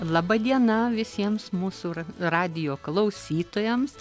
laba diena visiems mūsų radijo klausytojams